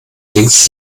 links